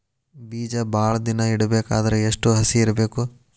ಬೇಜ ಭಾಳ ದಿನ ಇಡಬೇಕಾದರ ಎಷ್ಟು ಹಸಿ ಇರಬೇಕು?